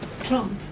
Trump